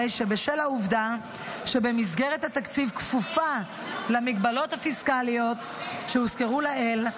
הרי שבשל העובדה שמסגרת התקציב כפופה למגבלות הפיסקליות שהוזכרו לעיל,